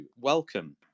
welcome